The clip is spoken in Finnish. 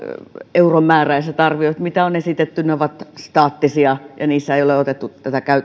euromääräiset arviot mitä on esitetty ovat staattisia ja niissä ei ole otettu